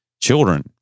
children